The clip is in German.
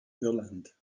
irland